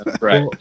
Right